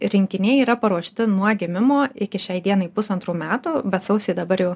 rinkiniai yra paruošti nuo gimimo iki šiai dienai pusantrų metų bet sausį dabar jau